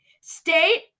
state